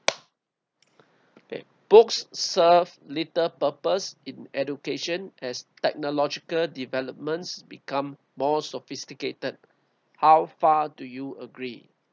okay books serve little purpose in education as technological developments become more sophisticated how far do you agree